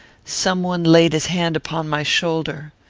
some one laid his hand upon my shoulder.